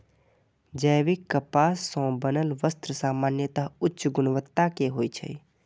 जैविक कपास सं बनल वस्त्र सामान्यतः उच्च गुणवत्ता के होइ छै